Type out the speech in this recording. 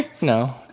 No